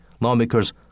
lawmakers